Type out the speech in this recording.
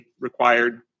required